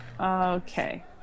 Okay